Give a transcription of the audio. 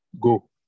go